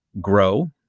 grow